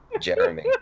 Jeremy